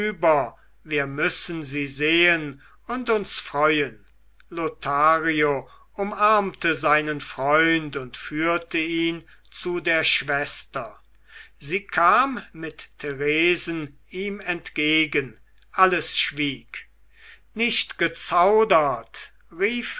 wir müssen sie sehen und uns freuen lothario umarmte seinen freund und führte ihn zu der schwester sie kam mit theresen ihm entgegen alles schwieg nicht gezaudert rief